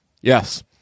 yes